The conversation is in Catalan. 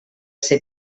ser